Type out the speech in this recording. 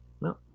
No